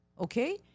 Okay